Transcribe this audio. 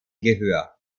gehör